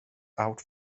out